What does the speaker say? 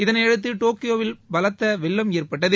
இதனை அடுத்து டோக்கியோவில் பலத்த வெள்ளம் ஏற்பட்டது